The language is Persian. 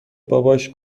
باباش